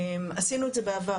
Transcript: עשינו את זה בעבר,